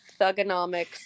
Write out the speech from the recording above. thugonomics